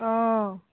অঁ